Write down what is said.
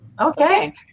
Okay